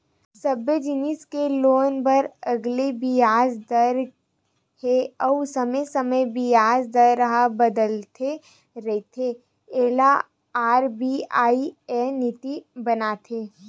सबे जिनिस के लोन बर अलगे बियाज दर हे अउ समे समे बियाज दर ह बदलत रहिथे एला आर.बी.आई ह नीति बनाथे